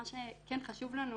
מה שכן חשוב לנו